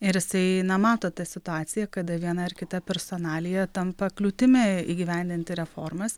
ir jisai na mato tą situaciją kada viena ar kita personalija tampa kliūtimi įgyvendinti reformas